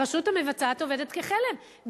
הרשות המבצעת עובדת כחלם,